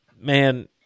man